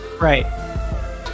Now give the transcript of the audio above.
Right